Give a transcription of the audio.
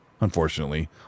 unfortunately